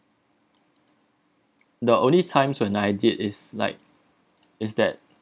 the only times when I did is like is that